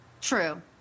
True